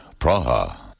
Praha